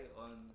on